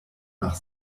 nach